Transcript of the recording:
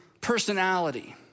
personality